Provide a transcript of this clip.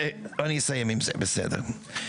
כל השנים הלכת עם התורה של כהנא,